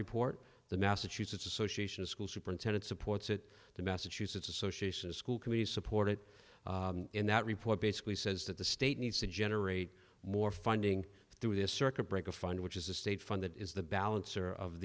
report the massachusetts association school superintendent supports it the massachusetts association a school committee supported in that report basically says that the state needs to generate more funding through the circuit breaker fund which is the state fund that is the balancer of